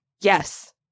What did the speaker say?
Yes